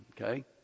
Okay